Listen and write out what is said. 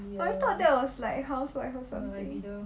I thought that was like housewife or something